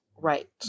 Right